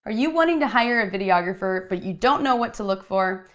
are you wanting to hire a videographer, but you don't know what to look for?